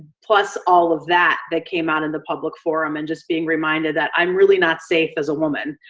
plus all of that that came out in the public forum and just being reminded that i'm really not safe as a woman.